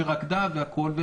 שרקדה והכול,